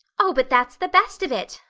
oh, but that's the best of it,